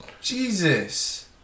Jesus